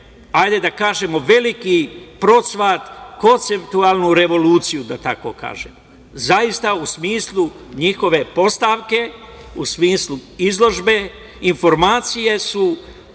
doživele veliki procvat, konceptualnu revoluciju, da tako kažem. Zaista, u smislu njihove postavke, u smislu izložbe, informacije su